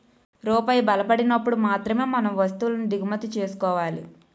రూపాయి బలపడినప్పుడు మాత్రమే మనం వస్తువులను దిగుమతి చేసుకోవాలి